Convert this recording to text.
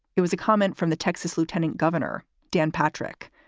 it was a comment from the texas lieutenant governor, dan patrick.